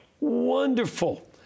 Wonderful